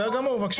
בסדר גמור, בבקשה.